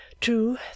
True